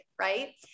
Right